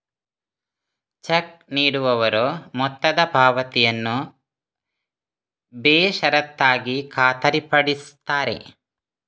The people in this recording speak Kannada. ಚೆಕ್ ನೀಡುವವರು ಮೊತ್ತದ ಪಾವತಿಯನ್ನು ಬೇಷರತ್ತಾಗಿ ಖಾತರಿಪಡಿಸುತ್ತಾರೆ